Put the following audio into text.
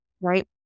Right